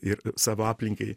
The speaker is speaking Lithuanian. ir savo aplinkai